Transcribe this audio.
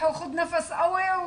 ונחנקו מזה.